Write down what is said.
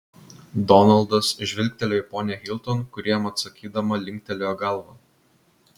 donaldas žvilgtelėjo į ponią hilton kuri jam atsakydama linktelėjo galvą